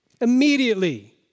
immediately